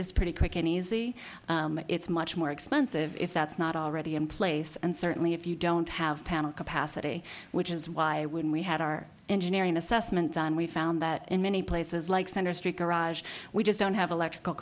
is pretty quick and easy it's much more expensive if that's not already in place and certainly if you don't have panel capacity which is why when we had our engineering assessment on we found that in many places like center street garage we just don't have electrical